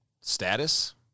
status